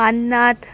पान्नाथ